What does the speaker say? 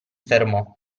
fermò